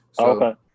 Okay